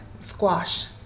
squash